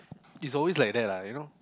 it's always like that lah you know